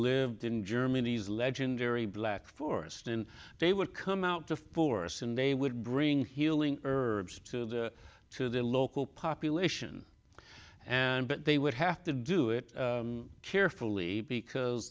lived in germany's legendary black forest and they would come out the forests and they would bring healing herbs to the local population and but they would have to do it carefully because